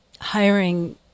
hiring